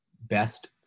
best